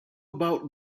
about